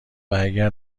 واگر